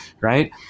right